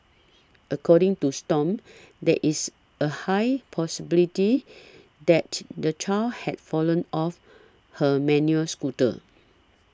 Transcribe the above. according to Stomp there is a high possibility that the child had fallen off her manual a scooter